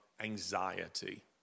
anxiety